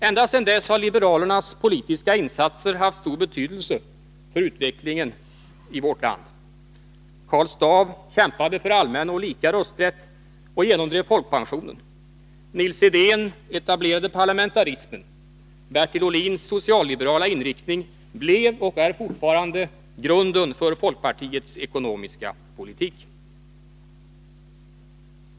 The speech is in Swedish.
Ända sedan dess har liberalernas politiska insatser haft stor betydelse för utvecklingen i vårt land. Karl Staaff kämpade för allmän och lika rösträtt och genomdrev folkpensionen. Nils Edén etablerade parlamentarismen. Bertil Ohlins socialliberala inriktning blev, och är fortfarande, grunden för folkpartiets ekonomiska politik.